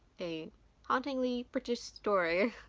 a haunting the british story,